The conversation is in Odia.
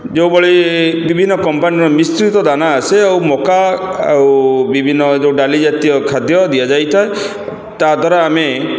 ଯେଉଁଭଳି ବିଭିନ୍ନ କମ୍ପାନୀର ମିଶ୍ରିତ ଦାନା ଆସେ ଆଉ ମକା ଆଉ ବିଭିନ୍ନ ଯେଉଁ ଡାଲି ଜାତୀୟ ଖାଦ୍ୟ ଦିଆଯାଇଥାଏ ତା'ଦ୍ଵାରା ଆମେ